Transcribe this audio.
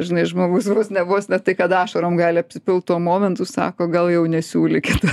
žinai žmogus vos ne vos ne tai kad ašarom gali apsipilt tuo momentu sako gal jau nesiūlykit